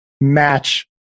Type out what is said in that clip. match